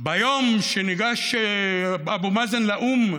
ביום שניגש אבו מאזן לאו"ם